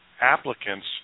applicants